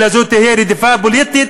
אלא זו תהיה רדיפה פוליטית,